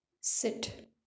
sit